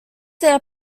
their